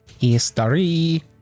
History